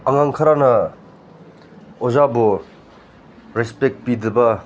ꯑꯉꯥꯡ ꯈꯔꯅ ꯑꯣꯖꯥꯕꯨ ꯔꯦꯁꯄꯦꯛ ꯄꯤꯗꯕ